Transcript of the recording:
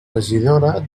regidora